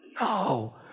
No